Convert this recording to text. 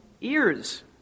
ears